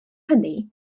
hynny